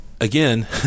Again